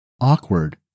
awkward